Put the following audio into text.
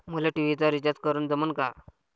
मले टी.व्ही चा रिचार्ज करन जमन का?